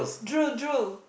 drool drool